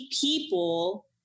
people